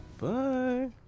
bye